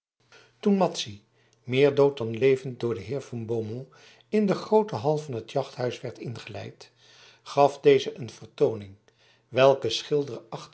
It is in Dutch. toen madzy meer dood dan levend door den heer van beaumont in de groote hal van het jachthuis werd ingeleid gaf deze een vertooning welke